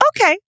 Okay